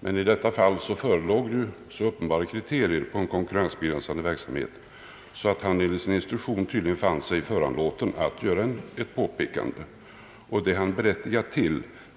detalj. I detta fall förelåg dock så uppenbara kriterier på en konkurrensbegränsande verksamhet att han enligt sin instruktion tydligen fann sig föranlåten att göra ett påpekande. Det är han berättigad till.